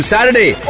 Saturday